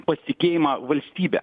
pasitikėjimą valstybe